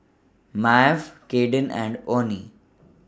Maeve Caiden and Onnie